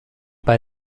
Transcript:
bei